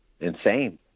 insane